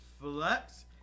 Flex